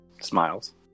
smiles